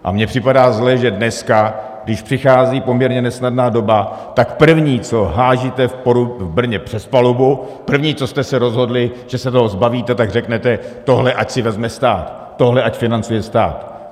A mně připadá zlé, že dneska, když přichází poměrně nesnadná doba, tak první, co házíte v Brně přes palubu, první, co jste se rozhodli, že se toho zbavíte, tak řeknete tohle ať si vezme stát, tohle ať financuje stát.